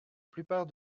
plupart